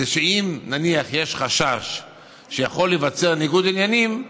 אם נניח יש חשש שיכול להיווצר ניגוד עניינים,